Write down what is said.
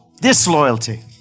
Disloyalty